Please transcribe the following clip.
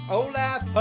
Olaf